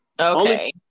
Okay